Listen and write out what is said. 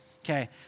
Okay